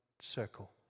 circle